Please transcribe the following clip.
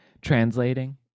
translating